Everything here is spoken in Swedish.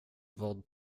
vad